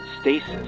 stasis